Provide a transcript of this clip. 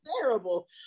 terrible